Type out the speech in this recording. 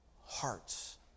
hearts